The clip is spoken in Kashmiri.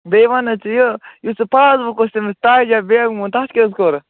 بیٚیہِ وَن حظ ژٕ یہِ یُس ژٕ پاس بُک اوس تٔمِس تاجہ بیگمہِ ہُنٛد تَتھ کیٛاہ حظ کوٚرُتھ